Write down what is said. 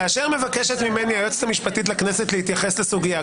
כאשר מבקשת ממני היועצת המשפטית לכנסת להתייחס לסוגיה,